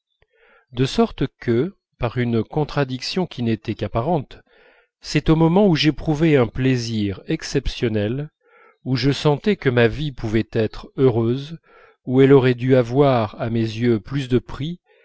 de sorte que par une contradiction qui n'était qu'apparente c'est au moment où j'éprouvais un plaisir exceptionnel où je sentais que ma vie pouvait être heureuse où elle aurait dû avoir à mes yeux plus de prix